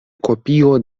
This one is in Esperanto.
kopio